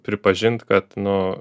pripažint kad nu